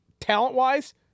talent-wise